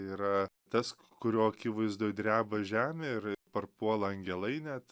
yra tas kurio akivaizdoj dreba žemė ir parpuola angelai net